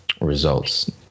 results